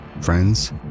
friends